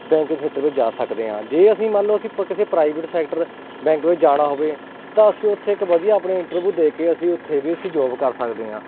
banking ਖੇਤਰ ਵਿੱਚ ਜਾ ਸਕਦੇ ਹਾਂ ਜੇ ਅਸੀਂ ਮੰਨ ਲੋ ਅਸੀਂ ਕਿਸੇ ਪ੍ਰਾਈਵੇਟ ਸੈਕਟਰ ਬੈਂਕ ਵਿੱਚ ਜਾਣਾ ਹੋਵੇ ਤਾਂ ਅਸੀਂ ਉੱਥੇ ਇੱਕ ਵਧੀਆ ਆਪਣੀ ਇੰਟਰਵਿਊ ਦੇ ਕੇ ਅਸੀਂ ਉੱਥੇ ਵੀ ਅਸੀਂ ਜੋਬ ਕਰ ਸਕਦੇ ਹਾਂ